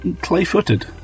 clay-footed